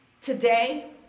today